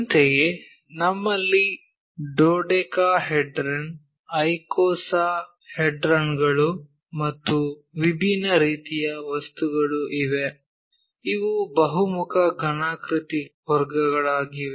ಅಂತೆಯೇ ನಮ್ಮಲ್ಲಿ ಡೋಡೆಕಾಹೆಡ್ರನ್ ಐಕೋಸಾಹೆಡ್ರನ್ಗಳು ಮತ್ತು ವಿಭಿನ್ನ ರೀತಿಯ ವಸ್ತುಗಳು ಇವೆ ಇವು ಬಹುಮುಖ ಘನಾಕೃತಿ ವರ್ಗಗಳಾಗಿವೆ